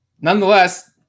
Nonetheless